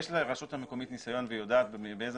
יש לרשות מקומית ניסיון והיא יודעת באיזה